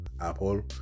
Apple